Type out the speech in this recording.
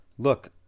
Look